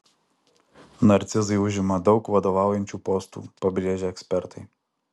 narcizai užima daug vadovaujančių postų pabrėžia ekspertai